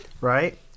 Right